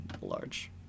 large